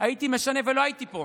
הייתי משנה, ולא הייתי פה,